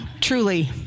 truly